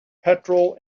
petrol